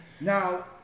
now